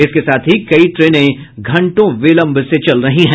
इसके साथ ही कई ट्रेने घंटों विलंब से चल रही है